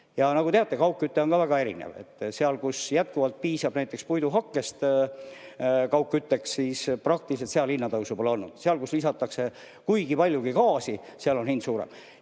Ja nagu teate, ka kaugküte on väga erinev. Seal, kus jätkuvalt piisab näiteks puiduhakkest kaugkütteks, praktiliselt hinnatõusu pole olnud. Seal, kus lisatakse kuigipalju ka gaasi, on hind